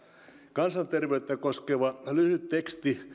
kansanterveyttä koskeva lyhyt teksti